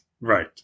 right